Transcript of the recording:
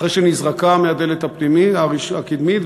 אחרי שנזרקה מהדלת הקדמית,